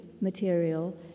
material